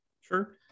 Sure